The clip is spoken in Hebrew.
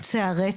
מה'-ו',